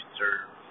serve